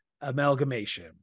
Amalgamation